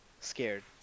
scared